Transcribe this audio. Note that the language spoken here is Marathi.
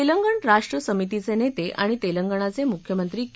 तेलंगण राष्ट्र समितीचे नेते आणि तेलंगणाचे मुख्यमंत्री के